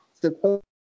supposed